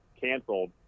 canceled